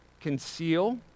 conceal